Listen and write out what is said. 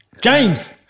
James